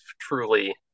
truly